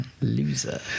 loser